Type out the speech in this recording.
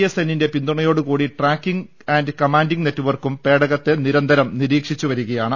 S എന്നിന്റെ പിന്തുണയോട് കൂടി ട്രാക്കിങ് ആൻഡ് കമാറ്റൻഡ് നെറ്റ്വർക്കും പേടകത്തെ നിരന്തരം നിരീക്ഷിച്ച് വരിക്യാണ്